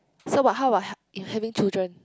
so what how about if having children